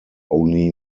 only